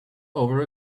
over